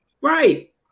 Right